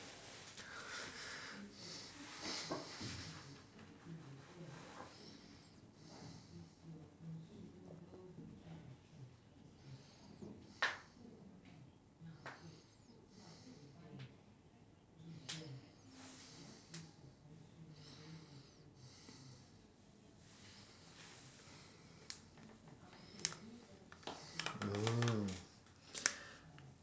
oh